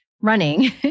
running